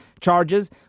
charges